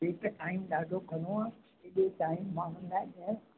हीअ त टाइम ॾाढो घणो एॾो टाइम माण्हूनि लाइ ॾियण